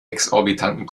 exorbitanten